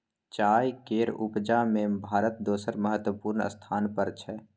चाय केर उपजा में भारत दोसर महत्वपूर्ण स्थान पर छै